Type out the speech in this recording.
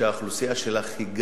כשהאוכלוסייה שלך גם